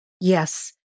Yes